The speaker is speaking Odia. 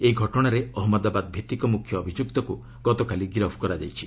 ଏହି ଘଟଣାରେ ଅହମ୍ମଦାବାଦଭିତ୍ତିକ ମୁଖ୍ୟ ଅଭିଯୁକ୍ତକୁ ଗତକାଲି ଗିରଫ କରାଯାଇଛି